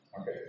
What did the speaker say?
Okay